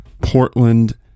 Portland